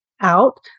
out